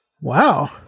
Wow